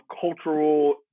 cultural